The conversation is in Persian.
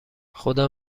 خدا